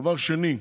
דבר שני,